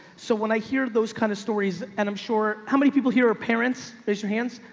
so when i hear those kinds of stories, and i'm sure how many people here are parents, raise your hands.